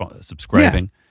subscribing